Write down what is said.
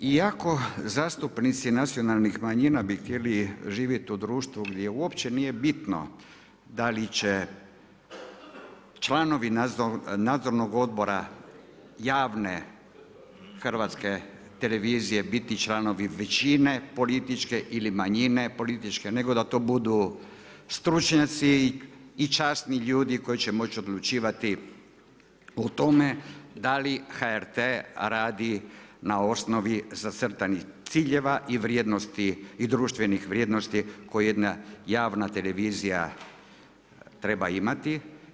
Iako zastupnici nacionalnih manjina bi htjeli živjeti u društvu gdje uopće nije bitno da li će članovi Nadzornog odbora javne Hrvatske televizije biti članovi većine političke ili manjine političke nego da to budu stručnjaci i časni ljudi koji će moći odlučivati o tome da li HRT radi na osnovi zacrtanih ciljeva i vrijednosti i društvenih vrijednosti koje jedna javna televizija treba imati.